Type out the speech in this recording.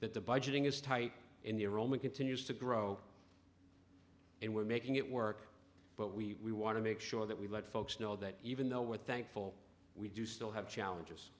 that the budgeting is tight and the only continues to grow and we're making it work but we want to make sure that we let folks know that even though we're thankful we do still have challenges